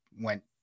went